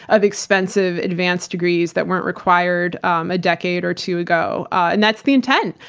of expensive advanced degrees that weren't required um a decade or two ago. and that's the intent,